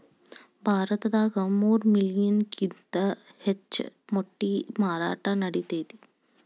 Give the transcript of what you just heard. ಭಾರತದಾಗ ಮೂರ ಮಿಲಿಯನ್ ಕಿಂತ ಹೆಚ್ಚ ಮೊಟ್ಟಿ ಮಾರಾಟಾ ನಡಿತೆತಿ